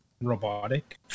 robotic